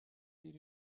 did